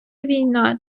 війна